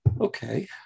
Okay